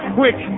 quick